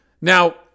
Now